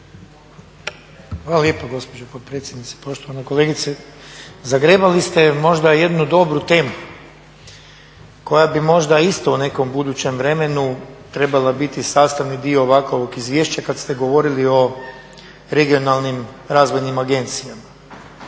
Hvala lijepo gospođo potpredsjednice, poštovana kolegice. Zagrebali ste možda jednu dobru temu koja bi možda isto u nekom budućem vremenu trebala biti sastavni dio ovakovog izvješća kad ste govorili o regionalnim razvojnim agencijama.